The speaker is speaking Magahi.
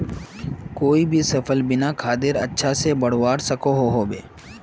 कोई भी सफल बिना खादेर अच्छा से बढ़वार सकोहो होबे?